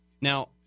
Now